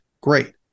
great